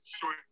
short